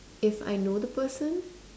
if I know the person